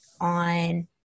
on